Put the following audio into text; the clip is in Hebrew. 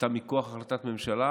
הייתה מכוח החלטת ממשלה,